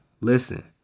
Listen